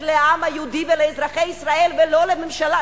לעם היהודי ולאזרחי ישראל ולא לממשלה.